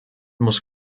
muss